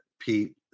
Pete